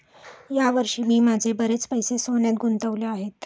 या वर्षी मी माझे बरेच पैसे सोन्यात गुंतवले आहेत